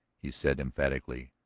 he said emphatically.